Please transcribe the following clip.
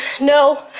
no